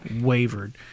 wavered